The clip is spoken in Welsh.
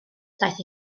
daeth